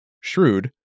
shrewd